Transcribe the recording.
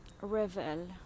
revel